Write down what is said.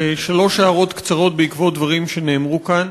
שלוש הערות קצרות בעקבות דברים שנאמרו כאן.